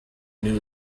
new